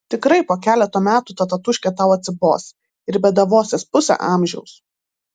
tikrai po keleto metų ta tatūškė tau atsibos ir bėdavosies pusę amžiaus